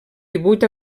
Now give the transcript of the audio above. divuit